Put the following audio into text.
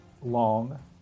long